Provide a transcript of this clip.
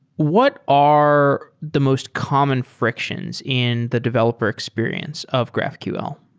what are the most common frictions in the developer experience of graphql?